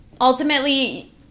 ultimately